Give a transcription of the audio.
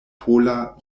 pola